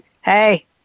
hey